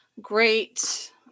great